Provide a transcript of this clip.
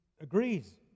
agrees